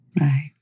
Right